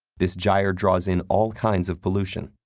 this gyre draws in all kinds of pollution,